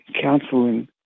counseling